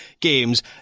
games